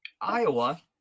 Iowa